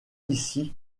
ici